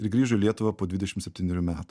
ir grįžo į lietuvą po dvidešimt septynerių metų